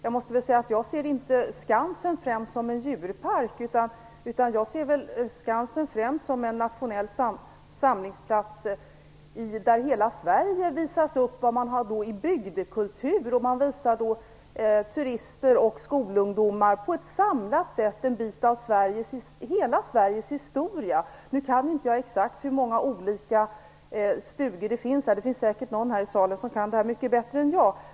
Jag måste säga att jag inte ser Skansen främst som en djurpark, utan som en nationell samlingsplats där hela Sverige visas upp. Det är fråga om bygdekultur. Samlat på ett ställe visar man turister och skolungdomar en bit av hela Sveriges historia. Jag vet inte exakt hur många stugor det finns på Skansen. Det finns säkert någon här i kammaren som kan det här mycket bättre än jag.